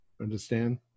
Understand